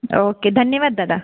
okay धन्यवाद दादा